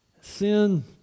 Sin